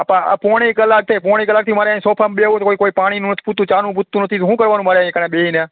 આતો આ પોણી કલાક થઈ પોણી કલાકથી મારે અહીં સોફામાં બેહું કોઈ પાણીનું નથી પૂછતું ચાનું પૂછતું નથી તો હું કરવાનું મારે અહીં કને બેસીને